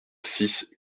six